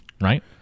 right